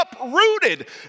uprooted